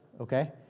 Okay